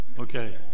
Okay